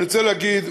אני רוצה להגיד,